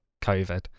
COVID